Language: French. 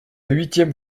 huitième